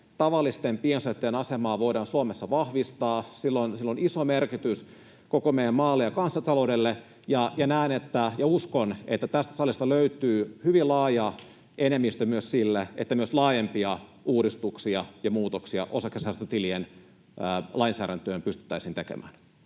tavallisten piensijoittajien asemaa voidaan Suomessa vahvistaa. Sillä on iso merkitys koko meidän maalle ja kansantaloudelle, ja näen ja uskon, että tästä salista löytyy hyvin laaja enemmistö myös sille, että myös laajempia uudistuksia ja muutoksia osakesäästötilien lainsäädäntöön pystyttäisiin tekemään.